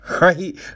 right